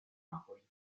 napoli